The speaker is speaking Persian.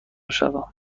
شوم